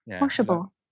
washable